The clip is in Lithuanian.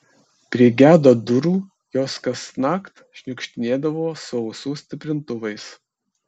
prie gedo durų jos kasnakt šniukštinėdavo su ausų stiprintuvais